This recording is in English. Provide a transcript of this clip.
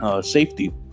safety